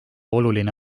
oluline